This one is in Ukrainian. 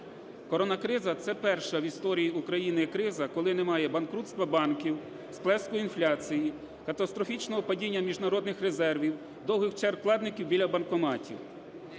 Коронакриза – це перша в історії України криза, коли немає банкрутства банків, сплеску інфляції, катастрофічного падіння міжнародних резервів, довгих черг вкладників біля банкоматів.